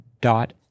dot